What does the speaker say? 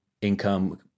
income